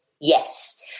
Yes